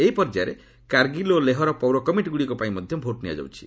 ଏହି ପର୍ଯ୍ୟାୟରେ କାରଗିଲ ଓ ଲେହର ପୌର କମିଟିଗୁଡିକ ପାଇଁ ମଧ୍ୟ ଭୋଟଗ୍ରହଣ ନିଆଯାଉଛି